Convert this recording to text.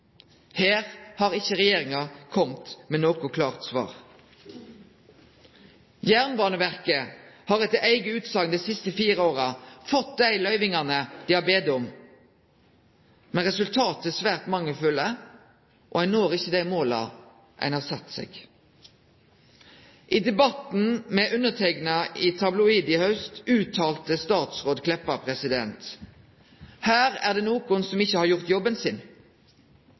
Her har ikkje regjeringa kome med noko klart svar. Jernbaneverket har etter eiga utsegn dei siste fire åra fått dei løyvingane dei har bedt om. Men resultata er svært mangelfulle, og ein når ikkje dei måla ein har sett seg. I ein debatt med meg i Tabloid i haust uttala statsråd Meltveit Kleppa: «Her er det nokon som ikkje har gjort jobben sin.»